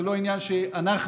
זה לא עניין שאנחנו,